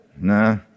Nah